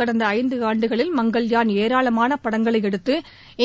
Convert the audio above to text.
கடந்த ஐந்து ஆண்டுகளில் மங்கள்யாண் ஏராளமான படங்களை எடுத்து